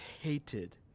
hated